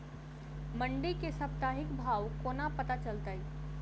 मंडी केँ साप्ताहिक भाव कोना पत्ता चलतै?